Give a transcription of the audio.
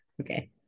Okay